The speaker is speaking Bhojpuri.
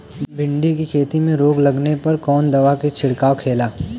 भिंडी की खेती में रोग लगने पर कौन दवा के छिड़काव खेला?